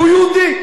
כי הוא יהודי.